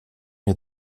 mir